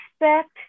expect